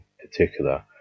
particular